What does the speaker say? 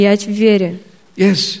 yes